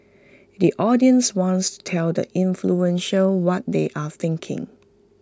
the audience wants to tell the influential what they are thinking